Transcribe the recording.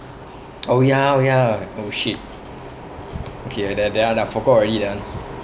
oh ya oh ya oh shit okay that that one I forgot already that one